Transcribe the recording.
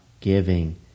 giving